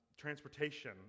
transportation